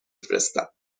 فرستم